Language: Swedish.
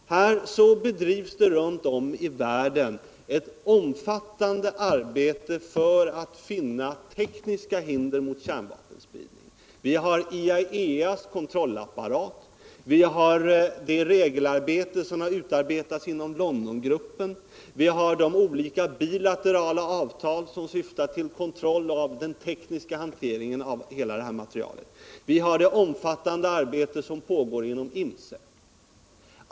Det bedrivs runt om i världen ett omfattande arbete för att finna tekniska hinder mot kärnkraftspridning. Vi har IAEA:s kontrollapparat, vi har de regler som har utarbetats inom Londongruppen, vi har de olika bilaterala avtal som syftar till kontroll av den tekniska hanteringen av hela detta material, vi har det omfattande arbete som pågår inom INFCE.